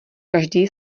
každý